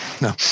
No